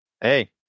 Hey